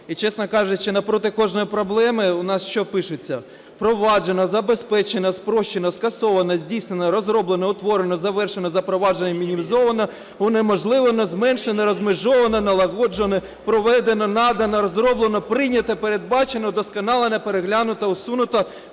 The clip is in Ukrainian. і, чесно кажучи, напроти кожної проблеми у нас що пишеться: впроваджено, забезпечено, спрощено, скасовано, здійснено, розроблено, утворено, завершено, запроваджено, мінімізовано, унеможливлено, зменшено, розмежовано, налагоджено, проведено, надано, розроблено, прийнято, передбачено, вдосконалено, переглянуто, усунуто,